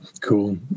Cool